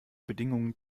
bedingungen